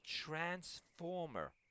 transformer